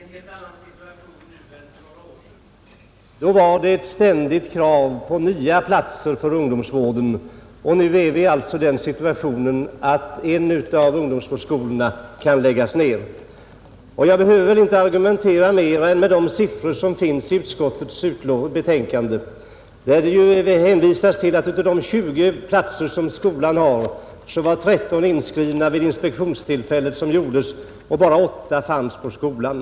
Herr talman! Vi befinner oss nu när det gäller ungdomsvården i en helt annan situation än för några år sedan, Då var det ett ständigt krav på nya platser för ungdomsvården, och nu är vi i den situationen att en av ungdomsvårdsskolorna kan läggas ned. Jag behöver inte argumentera mer än med de siffror, som finns i utskottsbetänkandet, där det hänvisas till att på de 20 platser som skolan har fanns 13 inskrivna vid inspektionstillfället och bara 8 befann sig på skolan.